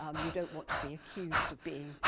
um you don't want to be accused of being,